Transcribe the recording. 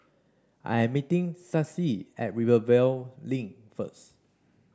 I'm meeting Stacie at Rivervale Link first